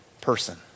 person